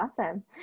Awesome